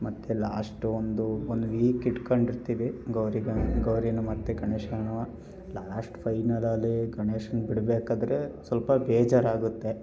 ಮತ್ತು ಲಾಸ್ಟು ಒಂದು ಒಂದು ವೀಕ್ ಇಟ್ಕೊಂಡು ಇರ್ತೀವಿ ಗೌರಿ ಗ ಗೌರಿಯೂ ಮತ್ತು ಗಣೇಶನೂ ಲಾಸ್ಟ್ ಫೈನಲಲ್ಲಿ ಗಣೇಶನ್ನ ಬಿಡಬೇಕಾದ್ರೆ ಸ್ವಲ್ಪ ಬೇಜಾರಾಗುತ್ತೆ